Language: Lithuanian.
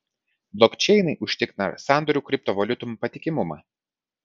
blokčeinai užtikrina sandorių kriptovaliutom patikimumą